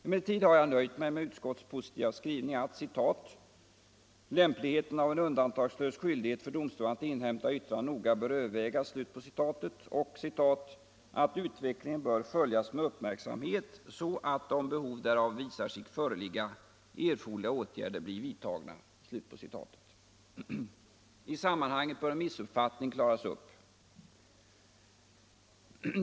Emellertid har jag nöjt mig med utskottets positiva skrivning: ”Lämpligheten av en undantagslös skyldighet för domstolarna att inhämta yttrande ——— bör emellertid noga Nr 94 övervägas.” och att utvecklingen bör ”följas med uppmärksamhet så Onsdagen den att om behov därav visar sig föreligga erforderliga åtgärder blir vidtagna”. 28 maj 1975 I sammanhanget bör en missuppfattning klaras upp.